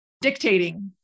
dictating